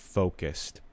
focused